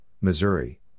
Missouri